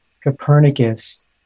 Copernicus